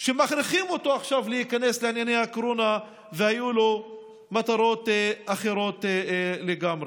שמכריחים אותו עכשיו להיכנס לענייני הקורונה והיו לו מטרות אחרות לגמרי?